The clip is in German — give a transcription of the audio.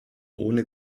ohne